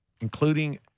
including